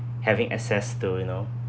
having access to you know